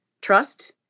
trust